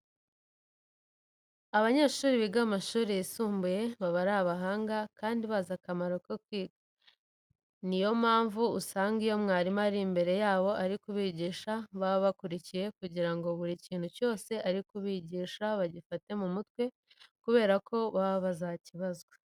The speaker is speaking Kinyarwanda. Abanyeshuri biga mu mashuri yisumbuye baba ari abahanga kandi bazi akamaro ko kwiga. Niyo mpamvu usanga iyo mwarimu ari imbere yabo ari kubigisha baba bakurikiye kugira ngo buri kintu cyose ari kubigisha bagifate mu mutwe kubera ko baba bazakibazwa.